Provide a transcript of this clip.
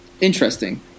interesting